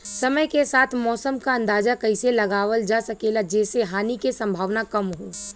समय के साथ मौसम क अंदाजा कइसे लगावल जा सकेला जेसे हानि के सम्भावना कम हो?